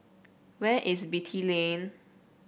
where is Beatty Lane